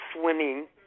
swimming